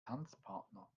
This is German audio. tanzpartner